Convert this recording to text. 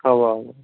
اَوا اَوا